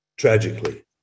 Tragically